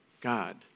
God